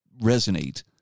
resonate